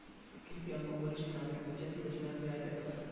कृप्या मोक वरिष्ठ नागरिक बचत योज्नार ब्याज दर बता